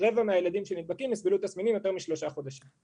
רבע מהילדים שנדבקים יסבלו מתסמינים יותר משלושה חודשים.